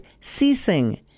ceasing